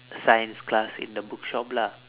science class in the bookshop lah